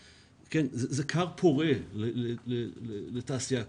מהווה כר פורה לתעשייה כזאת.